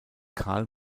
carl